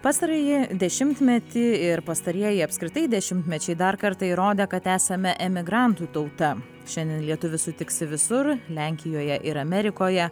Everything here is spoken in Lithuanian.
pastarąjį dešimtmetį ir pastarieji apskritai dešimtmečiai dar kartą įrodė kad esame emigrantų tauta šiandien lietuvių sutiksi visur lenkijoje ir amerikoje